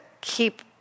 keep